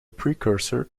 precursor